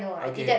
okay